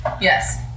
Yes